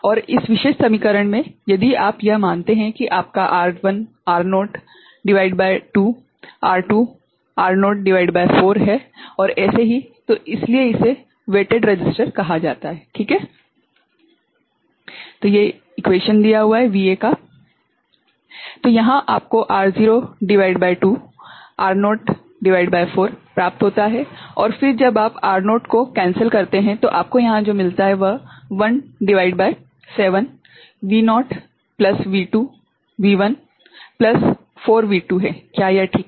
और इस विशेष समीकरण में यदि आप यह मानते कि आपका R1 R0 भागित 2 R2 R0 भागित 4 हैं -और ऐसे ही तो इसीलिए इसे वेटेड रेसिस्टर कहा जाता है ठीक हैं तो यहाँ आपको R0 भागित 2 R0 भागित 4 प्राप्त होता हैं और फिर जब आप R0 को रद्द करते हैं तो आपको यहाँ जो मिलता है वह 1 भागित 7 V0 plus 2 V1 plus 4 V2 हैं क्या यह ठीक है